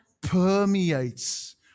permeates